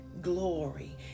glory